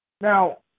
Now